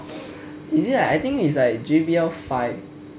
is it ah I think is J_B_L five